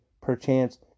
perchance